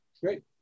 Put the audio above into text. great